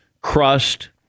crust